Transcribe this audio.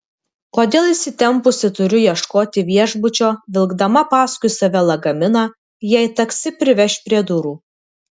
kodėl įsitempusi turiu ieškoti viešbučio vilkdama paskui save lagaminą jei taksi priveš prie durų